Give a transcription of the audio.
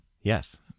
Yes